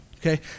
Okay